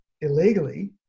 illegally